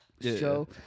show